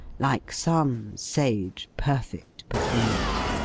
like some sage, perfect, performers.